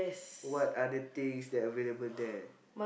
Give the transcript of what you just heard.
what are the things that available there